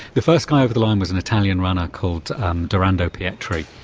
the first guy over the line was an italian runner called um dorando pietri,